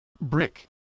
brick